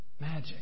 Magic